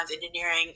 engineering